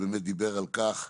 שבאמת דיבר על כך